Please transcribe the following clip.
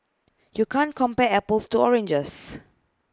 you can't compare apples to oranges